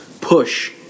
push